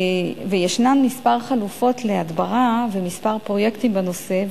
ישנן כמה חלופות להדברה וכמה פרויקטים בנושא,